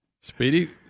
speedy